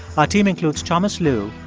our team includes thomas lu,